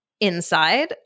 inside